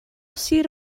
sir